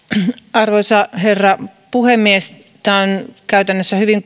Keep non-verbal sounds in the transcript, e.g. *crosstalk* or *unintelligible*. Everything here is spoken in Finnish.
arvoisa herra puhemies tämä tilanne on käytännössä hyvin *unintelligible*